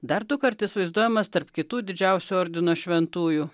dar du kartus vaizduojamas tarp kitų didžiausių ordino šventųjų